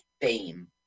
fame